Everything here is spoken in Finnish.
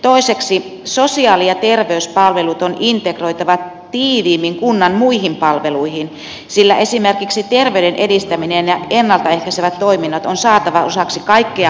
toiseksi sosiaali ja terveyspalvelut on integroitava tiiviimmin kunnan muihin palveluihin sillä esimerkiksi terveyden edistäminen ja ennalta ehkäisevät toiminnot on saatava osaksi kaikkea kunnan toimintaa